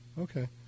Okay